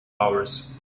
hours